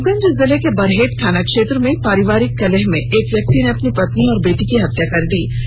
साहिबगंज जिले के बरहेट थाना क्षेत्र में पारिवारिक कलह में एक व्यक्ति ने अपनी पत्नी और बेटी की हत्या कर दी